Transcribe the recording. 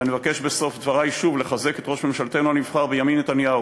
ואני מבקש בסוף דברי לחזק שוב את ראש ממשלתנו הנבחר בנימין נתניהו: